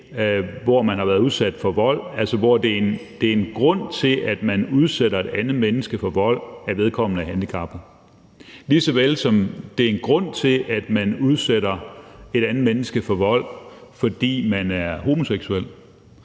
hvor man har været udsat for vold, altså hvor grunden til, at nogen udsætter et andet menneske for vold, er, at vedkommende er handicappet, eller hvor grunden til, at nogen udsætter et andet menneske for vold, er, at vedkommende er homoseksuel.